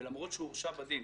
ולמרות שהוא הורשע בדין